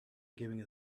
giving